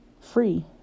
free